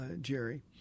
Jerry